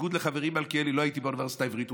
בניגוד לחברי מלכיאלי לא הייתי באוניברסיטה העברית,